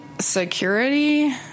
Security